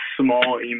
small